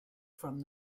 from